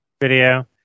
video